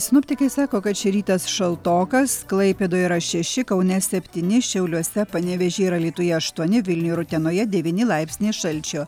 sinoptikai sako kad ši rytas šaltokas klaipėdoje yra šeši kaune septyni šiauliuose panevėžyje ir alytuje aštuoni vilniuj ir utenoje devyni laipsniai šalčio